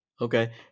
Okay